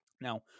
Now